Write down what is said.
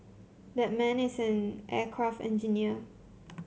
that man is an aircraft engineer